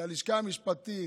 ללשכה המשפטית,